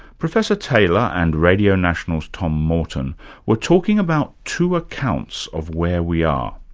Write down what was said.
professor taylor and radio national's tom morton were talking about two accounts of where we are.